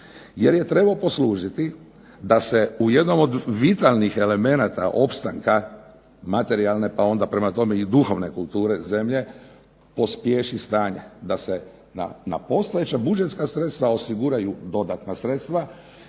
jer je trebao poslužiti da se u jednom od vitalnih elemenata opstanka materijalne pa onda prema tome i duhovne kulture zemlje pospješi stanje, da se na postojeća budžetska sredstva osiguraju dodatna sredstva